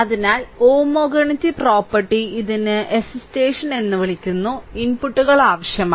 അതിനാൽ homogeneity property ഇതിന് excitation എന്ന് വിളിക്കുന്ന ഇൻപുട്ടുകൾ ആവശ്യമാണ്